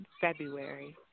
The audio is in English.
February